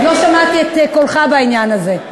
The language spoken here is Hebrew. עוד לא שמעתי את קולך בעניין הזה.